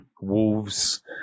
Wolves